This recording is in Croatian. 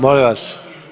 Molim vas!